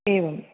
एवं